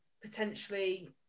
potentially